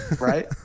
right